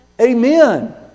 Amen